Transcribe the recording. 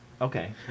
Okay